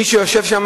מי שיושב שם